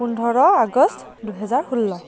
পোন্ধৰ আগষ্ট দুহেজাৰ ষোল্ল